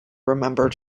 remember